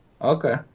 Okay